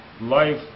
life